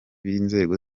b’inzego